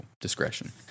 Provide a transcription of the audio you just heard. discretion